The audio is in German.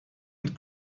und